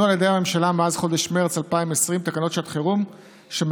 על ידי הממשלה מאז חודש מרץ 2020 תקנות שעת חירום שמטרתן